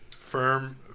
Firm